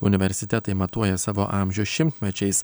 universitetai matuoja savo amžių šimtmečiais